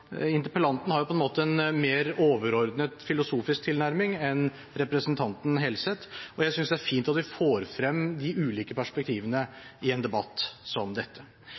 Interpellanten har på en måte en mer overordnet filosofisk tilnærming enn representanten Helseth, og jeg synes det er fint at vi får frem de ulike perspektivene i en debatt som